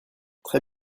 très